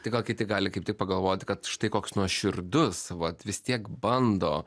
tai gal kiti gali kaip tik pagalvot kad štai koks nuoširdus vat vis tiek bando